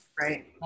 Right